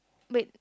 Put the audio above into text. wait